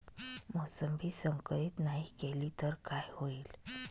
मोसंबी संकरित नाही केली तर काय होईल?